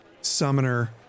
summoner